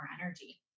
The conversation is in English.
energy